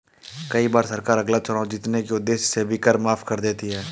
कई बार सरकार अगला चुनाव जीतने के उद्देश्य से भी कर माफ कर देती है